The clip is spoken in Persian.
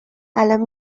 الان